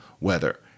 weather